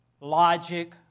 logic